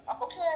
Okay